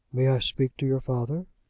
may i speak to your father?